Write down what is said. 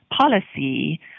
policy